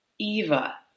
Eva